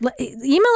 email